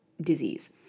disease